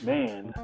Man